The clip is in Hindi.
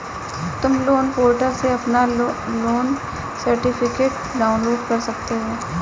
तुम लोन पोर्टल से अपना लोन सर्टिफिकेट डाउनलोड कर सकते हो